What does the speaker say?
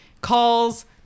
Calls